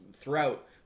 throughout